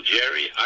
Jerry